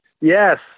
Yes